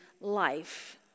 Life